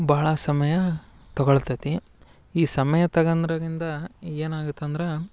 ಭಾಳ ಸಮಯ ತಗೋಳ್ತೆತ್ತಿ ಈ ಸಮಯ ತಗಂದ್ರದಿಂದ ಏನಾಗತ್ತೆ ಅಂದ್ರ